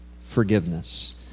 forgiveness